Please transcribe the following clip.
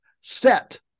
set